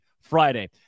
Friday